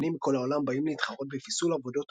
אמנים מכל העולם באים להתחרות בפיסול עבודות